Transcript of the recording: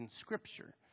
Scripture